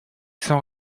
sans